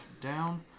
down